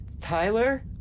Tyler